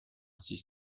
six